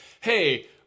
hey